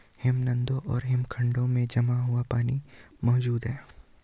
हिमनदों और हिमखंडों में जमा हुआ पानी मौजूद हैं